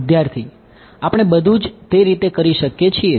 વિદ્યાર્થી આપણે બધું જ તે રીતે કરી શકીએ છીએ